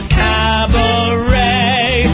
cabaret